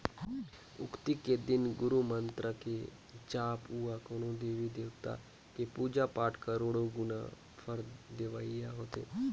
अक्ती के दिन गुरू मंतर के जाप अउ कोनो देवी देवता के पुजा पाठ करोड़ो गुना फर देवइया होथे